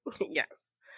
Yes